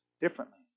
differently